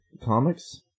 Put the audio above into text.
comics